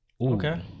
Okay